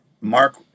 Mark